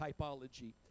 typology